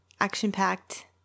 action-packed